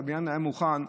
כשהבניין היה מוכן,